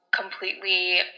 completely